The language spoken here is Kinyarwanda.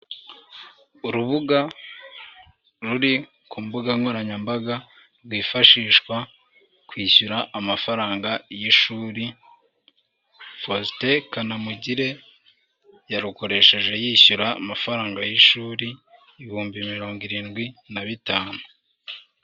Urubuga ruri ku mbuga nkoranyambaga, rwifashishwa kwishyura amafaranga y'ishuri, Faustin Kanamugire yarukoresheje yishyura amafaranga y'ishuri ibihumbi mirongo irindwi na bitanu.